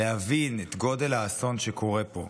שתבינו את גודל האסון שקורה פה,